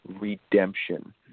redemption